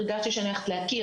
הרגשתי שאני הולכת להקיא,